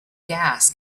gas